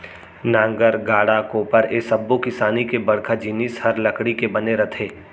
नांगर, गाड़ा, कोपर ए सब्बो किसानी के बड़का जिनिस हर लकड़ी के बने रथे